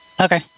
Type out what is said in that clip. Okay